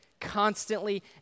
constantly